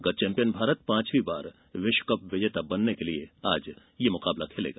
गत चैंपियन भारत पांचवी बार विश्वकप विजेता बनने के लिए आज ये मुकाबला खेलेगा